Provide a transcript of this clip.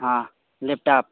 हाँ लैपटॉप